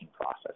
process